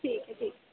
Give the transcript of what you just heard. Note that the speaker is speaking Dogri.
ठीक ऐ ठीक ऐ